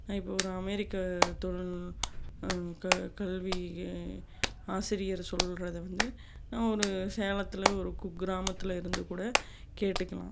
நான் இப்போ ஒரு அமெரிக்க தொழில் க கல்வி ஆசிரியர் சொல்றதை வந்து நான் ஒரு சேலத்தில் ஒரு குக்கிராமத்தில் இருந்து கூட கேட்டுக்கலாம்